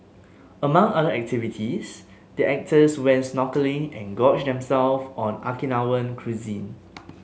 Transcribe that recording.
among other activities the actors went snorkelling and gorged themselves on Okinawan cuisine